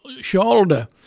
shoulder